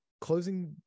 closing